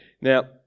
Now